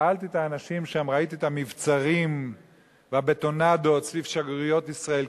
ראיתי את המבצרים והבטונדות סביב שגרירויות ישראל,